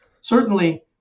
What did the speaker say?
Certainly-